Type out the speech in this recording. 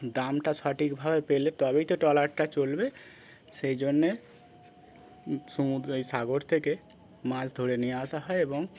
দামটা সঠিকভাবে পেলে তবেই ট্রলারটা চলবে সেই জন্যে সমুদ্র এই সাগর থেকে মাছ ধরে নিয়ে আসা হয় এবং